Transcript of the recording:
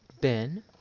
Ben